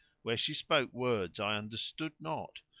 where she spoke words i understood not,